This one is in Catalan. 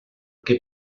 que